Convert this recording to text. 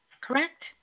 Correct